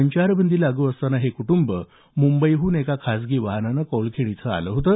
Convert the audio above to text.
संचारबंदी लागू असतांना हे कुटुंब मुंबईहून एका खाजगी वाहनानं कौळखेड इथं आलं होतं